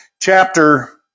chapter